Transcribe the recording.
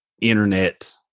internet